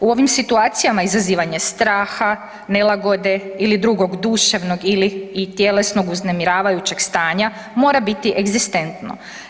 U ovim situacijama izazivanje straha, nelagode ili drugog duševnog ili tjelesnog uznemiravajućeg stanja mora biti egzistentno.